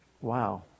Wow